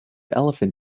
elephant